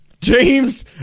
James